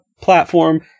platform